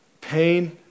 pain